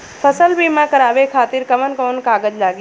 फसल बीमा करावे खातिर कवन कवन कागज लगी?